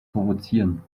provozieren